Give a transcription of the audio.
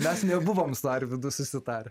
mes nebuvom su arvydu susitarę